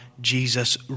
Jesus